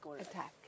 attack